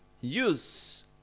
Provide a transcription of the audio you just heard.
use